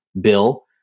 bill